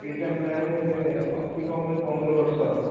ଏଇଟା ହେଲାଣି ଅତି କମ୍ରେ ପନ୍ଦର ବର୍ଷ